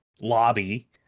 lobby